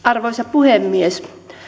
arvoisa puhemies